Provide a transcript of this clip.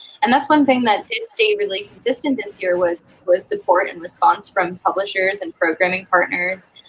and that's one thing that did stay really consistent this year was was support and response from publishers and programming partners